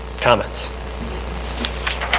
comments